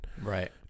Right